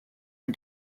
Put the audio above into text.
are